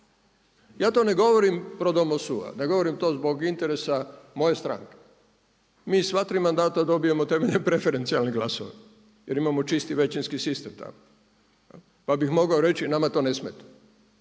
Ja to ne govorim pro domo sua, da govorim to zbog interesa moje stranke. Mi sva tri mandata dobijemo temeljem preferencijalnih glasova jer imamo čisti većinski sistem tako, pa bih mogao reći nama to ne smeta,